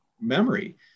memory